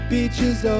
Beaches